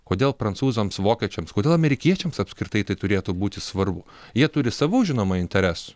kodėl prancūzams vokiečiams kodėl amerikiečiams apskritai tai turėtų būti svarbu jie turi savų žinoma interesų